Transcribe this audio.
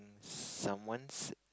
someone's